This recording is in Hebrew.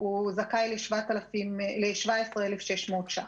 זכאי ל-17,600 ש"ח.